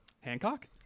Hancock